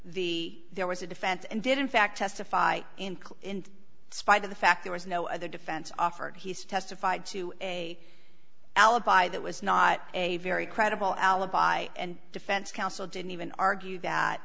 the there was a defense and did in fact testify in court in spite of the fact there was no other defense offered he's testified to a alibi that was not a very credible alibi and defense counsel didn't even argue that